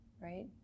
right